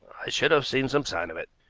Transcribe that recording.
i should have seen some sign of it.